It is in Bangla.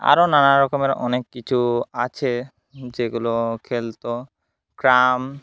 আরও নানা রকমের অনেক কিছু আছে যেগুলো খেলতো ক্যারাম